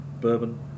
bourbon